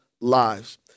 lives